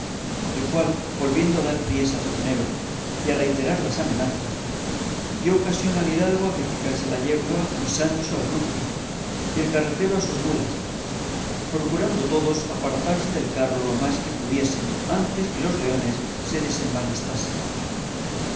el cual volviendo a dar priesa al leonero y a reiterar las amenazas dio ocasión al hidalgo a que picase la yegua y sancho al rucio y el carretero a sus mulas procurando todos apartarse del carro lo más que pudiesen antes que los leones se